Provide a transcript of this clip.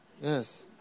Yes